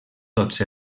tots